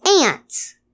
ants